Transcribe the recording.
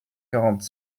quarante